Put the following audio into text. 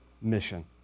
mission